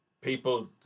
people